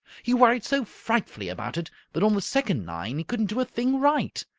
he worried so frightfully about it that on the second nine he couldn't do a thing right.